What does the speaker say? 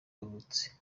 yavutse